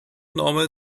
normal